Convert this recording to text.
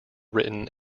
written